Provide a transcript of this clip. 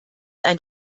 ein